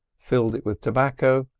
filled it with tobacco,